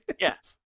Yes